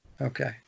Okay